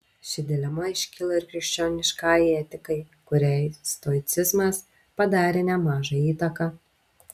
ši dilema iškyla ir krikščioniškajai etikai kuriai stoicizmas padarė nemažą įtaką